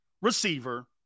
receiver